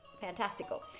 Fantastical